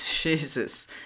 Jesus